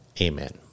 Amen